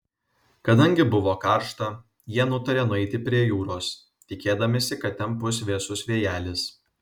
kadangi buvo karšta jie nutarė nueiti prie jūros tikėdamiesi kad ten pūs vėsus vėjelis